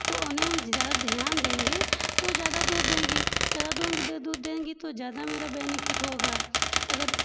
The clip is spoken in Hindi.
तो उन्हें ज़्यादा ध्यान देंगे तो ज़्यादा दूध देंगी ज़्यादा दूध देंगी तो ज्यादा मेरा बेनीफिट होगा अगर